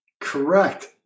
Correct